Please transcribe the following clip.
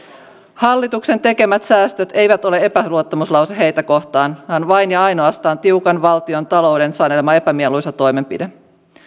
hallituksen tekemät säästöt eivät ole epäluottamuslause heitä kohtaan vaan vain ja ainoastaan tiukan valtiontalouden sanelema epämieluisa toimenpide